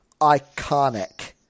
iconic